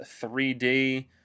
3d